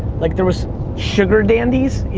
like, there was sugar daddies,